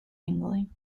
angling